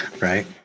Right